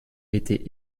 été